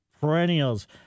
perennials